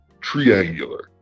triangular